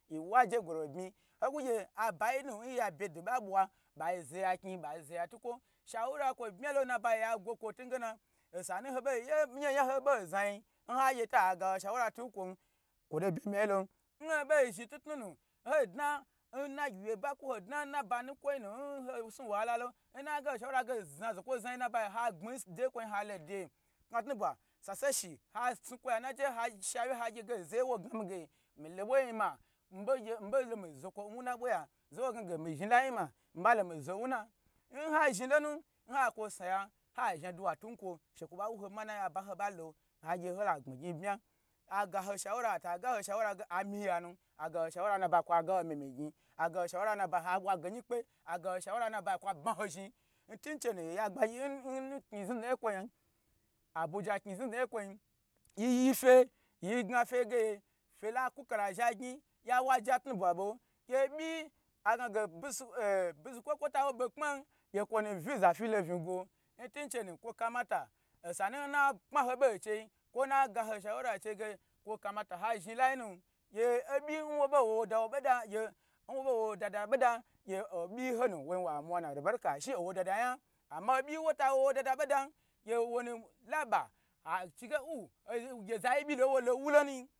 Yi wu'aje goro ro bmiji aba yinu n ya byedo ɓa ɓwa ɓai zeya kuyi ɓa za ya tukwo shawura kwo binya lo nna bayi yagwo kwo ntungena osanu ho ɓei ye nijaho nyahoi n ho bei znai n hagye to agaho shawura tu n kwom kwoto bmya bmya yi lom; n ho ɓe zhni tnutnunu hoi dna nnci gyi wuye ba kwo dna nna gyi wuye ba kwo hoi dna nna ba nukwoi nu n hoi snu wahala lo n na gaho shawura ge ho zna zokwo znai n na bai ha gbmai ndeye n kwonyi halo deye kna tnu ɓwa sase shi ha tnu kwo ya nate ha gye ge zeye nwo gnami ge mi lo ɓwo ye nyi ma mi belo mii zokwo n wuna n ɓwo ye'a, zeye nwo gnage mi zhni lai nyima miɓa lo mii zo n wuna, n ha zhni lonu n ha kwo s naya ha zhni adu'a tu nkwo she kwo ɓa wu ho manai aba nho ɓalo hagye hola gbni gnyi n bmya agaho shawara aba gaho shawara ge hamyi nya nu aga ho shawara nna bai kwa gaho myi myi gnyi, agaho shawara n na bai ha ɓwa genyi kpe, agaho shawara nnabai kwa bma lo zhni, ntun chenu oya gbagyi n kunyi znudna ye n kwoin abuja knyiu znudna ye n kwoi yiyi fye, yi gnafye ge fyela kwo kara. Zha gnyi ya wo aje atini ɓwa ɓo agnage ɓi zu kwo nkwo tawo ɓo kpmam gye kwo nu vyi za fyilo vnyi gwo ntun chenu kwo kamata sanu na kpma ho ɓo nchei kwo nna gaho shawaa n chei ge kwo kamata ha zhni lai nu gye obyi nwo bei wo dada boda gye byi honu zhni wa mwa na albarka shi owo dada nya amma obyi nwota wowo dada ɓo dam gye wonu la ba achige u gye zayi byi lon wolo nwulo nunyi.